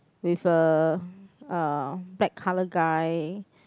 with a uh black colour guy